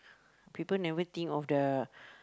people never think of the